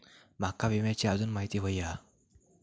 माका विम्याची आजून माहिती व्हयी हा?